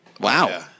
Wow